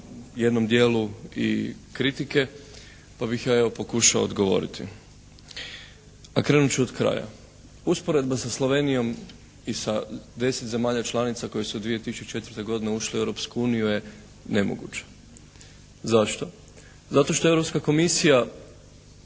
jednom dijelu i kritike, pa bih ja evo pokušao odgovoriti. A krenut ću od kraja. Usporedba sa Slovenijom i sa deset zemalja članica koje su 2004. godine ušle u Europsku uniju je nemoguće. Zašto? Zato što je Europska komisija